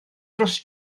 dros